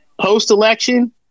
post-election